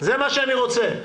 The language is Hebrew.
זה מה שאני רוצה.